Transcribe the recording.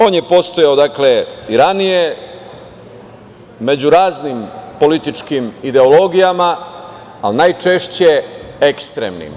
On je postojao i ranije među raznim političkim ideologijama, ali najčešće ekstremnim.